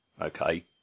okay